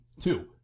Two